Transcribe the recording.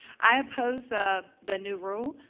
i oppose the the new rule.